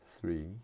Three